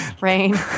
Rain